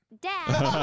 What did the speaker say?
Dad